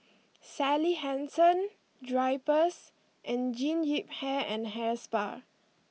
Sally Hansen Drypers and Jean Yip Hair and Hair Spa